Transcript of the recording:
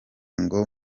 ngo